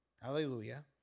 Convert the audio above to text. Hallelujah